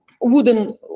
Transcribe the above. wooden